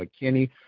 McKinney